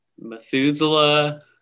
Methuselah